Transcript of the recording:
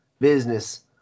business